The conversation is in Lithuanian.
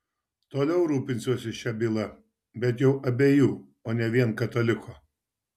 toliau rūpinsiuosi šia byla bet jau abiejų o ne vien kataliko